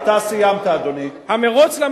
אדוני היושב-ראש,